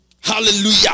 Hallelujah